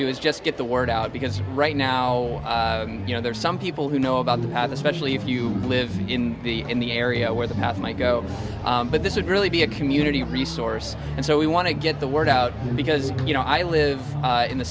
do is just get the word out because right now you know there are some people who know about that have especially if you live in the in the area where the path might go but this would really be a community resource and so we want to get the word out because you know i live in the